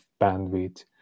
bandwidth